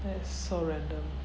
that is so random